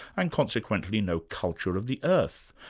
and consequently no culture of the earth,